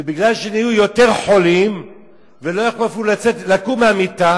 ובגלל שנהיו יותר חולים ולא יכלו לקום מהמיטה,